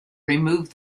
remove